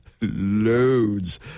loads